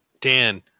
dan